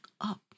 up